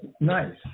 nice